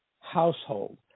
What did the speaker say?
household